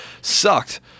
sucked